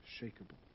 unshakable